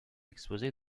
exposées